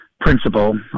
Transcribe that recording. principle